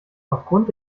aufgrund